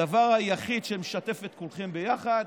הדבר היחיד שמשתף את כולכם ביחד